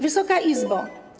Wysoka Izbo!